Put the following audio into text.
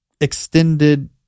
extended